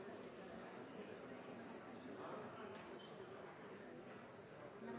presidentens